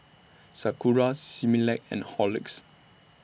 Sakura Similac and Horlicks